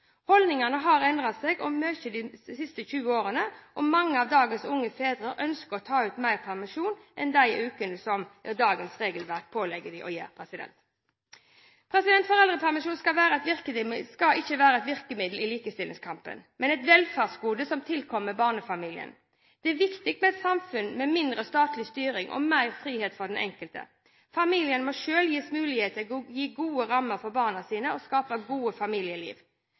Holdningene har endret seg mye de siste 20 årene, og mange av dagens unge fedre ønsker å ta ut mer permisjon enn de ukene som dagens regelverk pålegger dem å gjøre. Foreldrepermisjonen skal ikke være et virkemiddel i likestillingskampen, men et velferdsgode som tilkommer barnefamiliene. Det er viktig med et samfunn med mindre statlig styring og mer frihet for den enkelte. Familien må selv gis mulighet til å gi gode rammer for barna sine og skape gode familieliv.